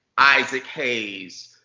isaac hayes.